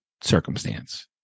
circumstance